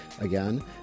again